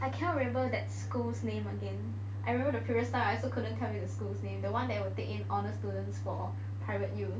I cannot remember that school's name again I remember the previous time I also couldn't tell you the school's name the one that will take in honours students for private U